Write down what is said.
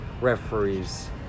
referees